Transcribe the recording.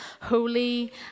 holy